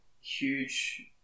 huge